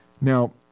Now